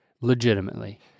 legitimately